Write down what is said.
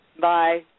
Bye